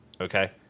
okay